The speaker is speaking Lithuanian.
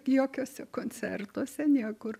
jokiuose koncertuose niekur